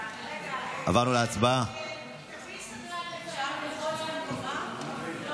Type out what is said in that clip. את הצעת חוק שיקים ללא